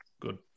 Good